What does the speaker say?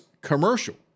commercial